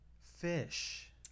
fish